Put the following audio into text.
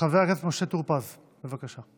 חבר הכנסת משה טור פז, בבקשה.